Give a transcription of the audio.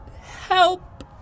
help